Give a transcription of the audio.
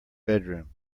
bedroom